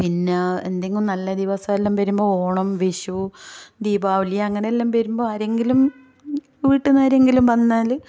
പിന്നെ എന്തെങ്കിലും നല്ല ദിവസം എല്ലാം വരുമ്പോൾ ഓണം വിഷു ദിപാവലി അങ്ങനെയെല്ലാം വരുമ്പോൾ ആരെങ്കിലും വീട്ടിൽ നിന്ന് ആരെങ്കിലും വന്നാൽ